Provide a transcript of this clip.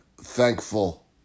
thankful